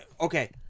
Okay